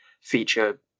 feature